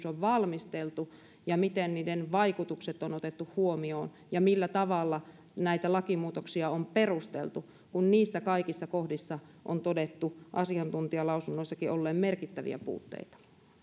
on valmisteltu ja miten niiden vaikutukset on otettu huomioon ja millä tavalla näitä lakimuutoksia on perusteltu kun niissä kaikissa kohdissa on todettu asiantuntijalausunnoissakin olleen merkittäviä puutteita